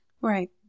Right